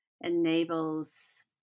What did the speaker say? enables